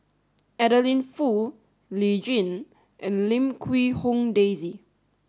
Adeline Foo Lee Tjin and Lim Quee Hong Daisy